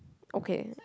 okay